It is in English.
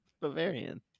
Bavarian